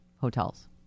hotels